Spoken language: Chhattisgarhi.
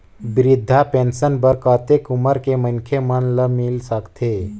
वृद्धा पेंशन बर कतेक उम्र के मनखे मन ल मिल सकथे?